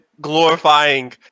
glorifying